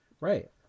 Right